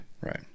Right